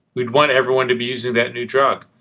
we'd want everyone to be using that new drug.